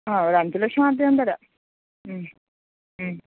ആ ഒരഞ്ചു ലക്ഷം ആദ്യം തരാം